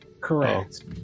Correct